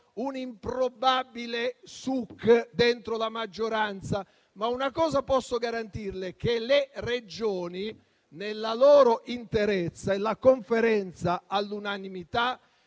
un improbabile suk dentro la maggioranza, ma una cosa posso garantirle: le Regioni nella loro interezza e la Conferenza all'unanimità,